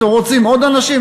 אתם רוצים עוד אנשים,